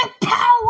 power